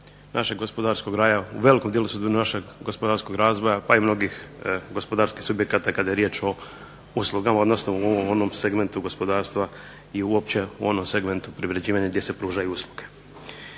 našeg gospodarskog razvoja u velikom dijelu našeg gospodarskog razvoja pa i mnogih gospodarskih subjekata kada je riječ o uslugama odnosno u ovom segmentu gospodarstva i uopće u onom segmentu privređivanja gdje se pružaju usluge.